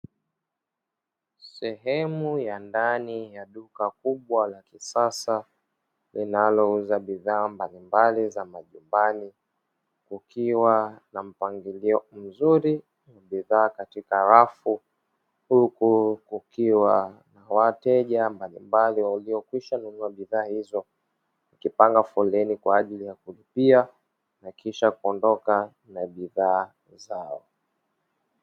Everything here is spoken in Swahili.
Sehemu ya ndani ya duka kubwa la kisasa linalouza bidhaa mbalimbali za majumbani kukiwa na mpangilio mzuri wa bidhaa katika rafu, huku kukiwa na wateja mbalimbali waliokwisha nunua bidhaa hizo wakipanga foleni kwa ajili ya kulipia na kisha kuondoka na bidhaa zao.